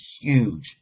huge